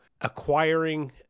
acquiring